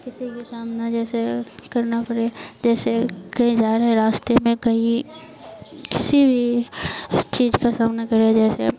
किसी की सामना जैसे करना पड़े जैसे कहीं जा रह रास्ते में कहीं किसी भी चीज का सामना करे जैसे